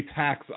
tax